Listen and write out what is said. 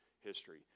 history